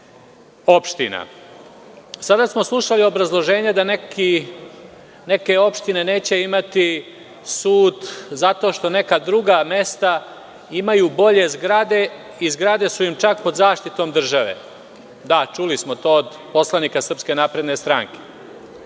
opština. Sada smo slušali obrazloženje da neke opštine neće imati sud zato što neka druga mesta imaju bolje zgrade i zgrade su im čak pod zaštitom države. Da, čuli smo to od poslanika SNS. Da li je to